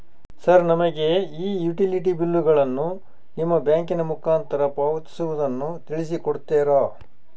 Sir ನಮಗೆ ಈ utility ಬಿಲ್ಲುಗಳನ್ನು ನಿಮ್ಮ ಬ್ಯಾಂಕಿನ ಮುಖಾಂತರ ಪಾವತಿಸುವುದನ್ನು ತಿಳಿಸಿ ಕೊಡ್ತೇರಾ?